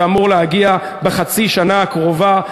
שאמור להגיע בחצי השנה הקרובה.